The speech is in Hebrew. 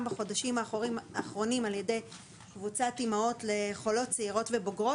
בחודשים האחרונים על ידי קבוצת אימהות לחולות צעירות ובוגרות,